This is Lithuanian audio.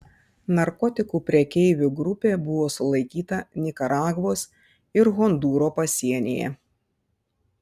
narkotikų prekeivų grupė buvo sulaikyta nikaragvos ir hondūro pasienyje